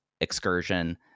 excursion